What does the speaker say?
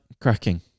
cracking